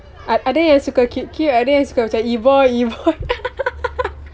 ad~ ada yang suka cute cute ada yang suka macam E-boy E-boy